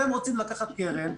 אתם רוצים לקחת קרן.